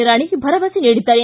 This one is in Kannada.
ನಿರಾಣಿ ಭರವಸೆ ನೀಡಿದ್ದಾರೆ